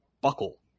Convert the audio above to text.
buckle